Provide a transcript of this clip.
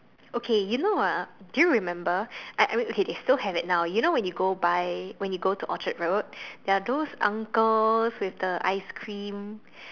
okay you know ah do you remember I I mean they still have it now you know when you go buy when you go to Orchard-road there are those uncles with the ice-cream